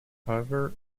however